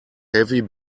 heavy